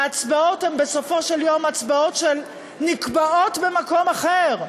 ההצבעות בסופו של יום הן הצבעות שנקבעות במקום אחר.